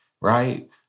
right